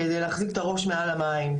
כדי להחזיק את הראש מעל המים.